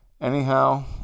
Anyhow